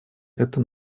это